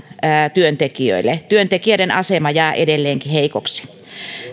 työntekijöille työntekijöiden asema jää edelleenkin heikoksi